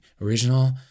original